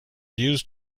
used